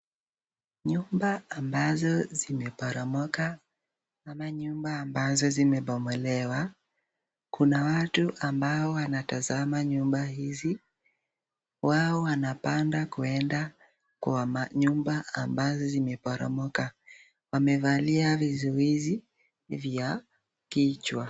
Nyumba ambazo zimeporomoka ama nyumba ambazo zimebomolewa. Kuna watu ambao wanatazama nyumba hizi. Wao wanapanda kuenda kwa manyumba ambazo zimeporomoka. Wamevalia vizuizi vya kichwa.